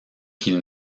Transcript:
qu’ils